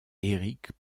eric